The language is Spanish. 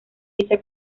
dicha